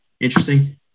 interesting